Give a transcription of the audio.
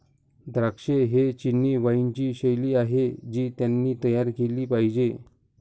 द्राक्षे ही चिनी वाइनची शैली आहे जी त्यांनी तयार केली पाहिजे